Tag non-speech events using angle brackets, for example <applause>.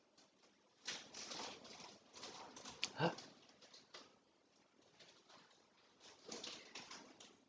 <breath>